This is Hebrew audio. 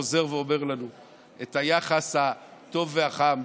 חוזר ואומר לנו על היחס הטוב והחם,